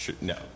no